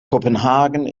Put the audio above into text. kopenhagen